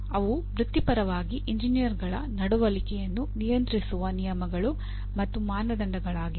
ಅವು ವೃತ್ತಿಪರರಾಗಿ ಎಂಜಿನಿಯರ್ಗಳ ನಡವಳಿಕೆಯನ್ನು ನಿಯಂತ್ರಿಸುವ ನಿಯಮಗಳು ಮತ್ತು ಮಾನದಂಡಗಳಾಗಿವೆ